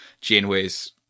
Janeway's